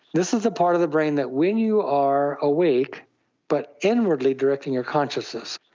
this is the part of the brain that when you are awake but inwardly directing your consciousness,